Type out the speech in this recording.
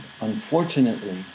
unfortunately